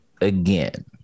again